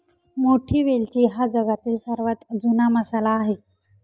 मोठी वेलची हा जगातील सर्वात जुना मसाला आहे